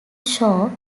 shore